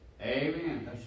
Amen